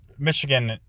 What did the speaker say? Michigan